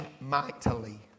mightily